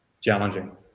challenging